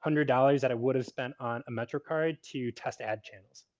hundred dollars that i would have spent on a metrocard to test ad channels.